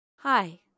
Hi